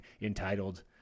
entitled